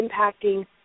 impacting